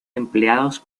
empleados